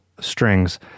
strings